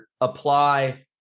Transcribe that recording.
apply